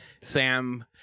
Sam